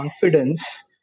confidence